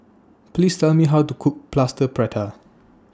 Please Tell Me How to Cook Plaster Prata